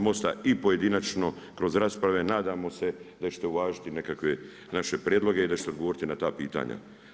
Most-a i pojedinačno kroz rasprave nadamo se ćete uvažiti nekakve naše prijedloge i da ćete odgovoriti na ta pitanja.